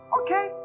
okay